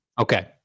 Okay